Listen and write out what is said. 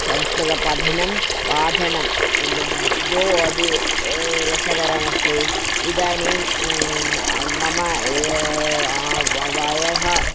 संस्कृतपठनं पाठनं द्वौ अपि रसकरमस्ति इदानीं मम या व वयः